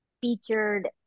featured